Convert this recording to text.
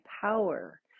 power